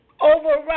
override